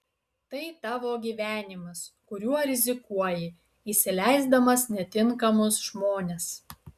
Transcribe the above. tai tavo gyvenimas kuriuo rizikuoji įsileisdamas netinkamus žmones